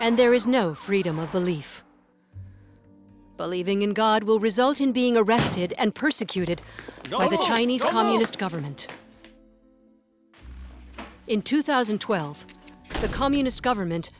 and there is no freedom of belief believing in god will result in being arrested and persecuted by the chinese communist government in two thousand and twelve the communist government